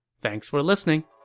thanks for listening